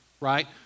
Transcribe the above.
right